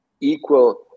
equal